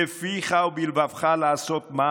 בפיך ובלבבך לעשותו".